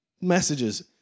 messages